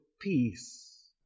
peace